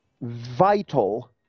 vital